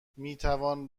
میتوان